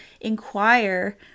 inquire